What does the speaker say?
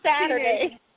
Saturday